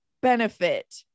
benefit